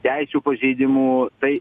teisių pažeidimų tai